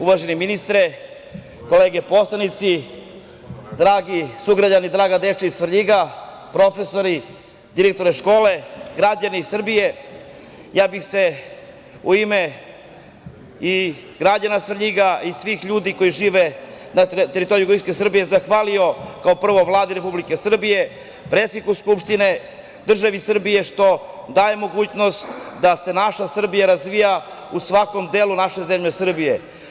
Uvaženi ministre, kolege poslanici, dragi sugrađani, draga deco iz Svrljiga, profesori, direktore škole, građani Srbije, ja bih se u ime i građana Svrljiga i svih ljudi koji žive na teritoriji jugoistoka Srbije zahvalio kao prvo Vladi Republike Srbije, predsedniku Skupštine, državi Srbiji što daje mogućnost da se naša Srbija razvija u svakom delu naše zemlje Srbije.